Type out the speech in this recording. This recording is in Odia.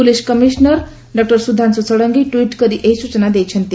ପୋଲିସର କମିଶନର ଡ ସୁଧାଂଶୁ ଷଡଙ୍ଗୀ ଟ୍ବିଟ କରି ଏହି ସୂଚନା ଦେଇଛନ୍ତି